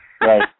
Right